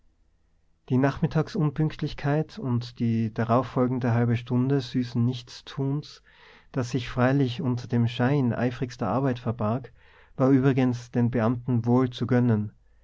die nachmittagsunpünktlichkeit und die darauffolgende halbe stunde süßen nichtstuns das sich freilich unter dem schein eifrigster arbeit verbarg war übrigens den beamten wohl zu gönnen